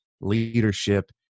leadership